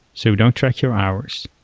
so we don't track your hours.